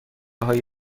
های